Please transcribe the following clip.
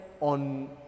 on